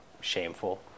shameful